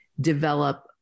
develop